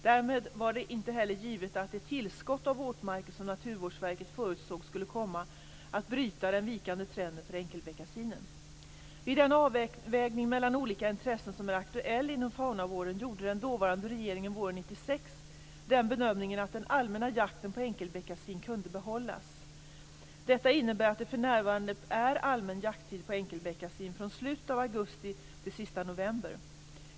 Därmed var det inte heller givet att det tillskott av våtmarker som Naturvårdsverket förutsåg skulle komma att bryta den vikande trenden för enkelbeckasinen. Vid den avvägning mellan olika intressen som är aktuell inom faunavården gjorde den dåvarande regeringen våren 1996 den bedömningen att den allmänna jakten på enkelbeckasin kunde behållas. Detta innebär att det för närvarande är allmän jakttid på enkelbeckasin från slutet av augusti till den sista november.